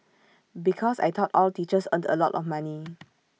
because I thought all teachers earned A lot of money